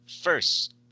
first